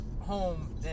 home